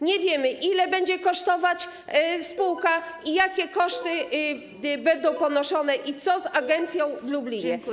Nie wiemy, ile będzie kosztować spółka, jakie koszty będą ponoszone i co z agencją w Lublinie.